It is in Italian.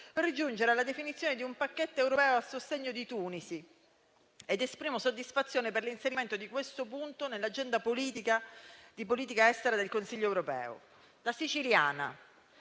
per giungere alla definizione di un pacchetto europeo a sostegno di Tunisi. Esprimo soddisfazione per l'inserimento di questo punto nell'agenda di politica estera del Consiglio europeo.